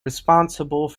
responsible